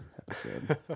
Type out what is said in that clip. episode